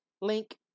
Link